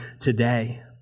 today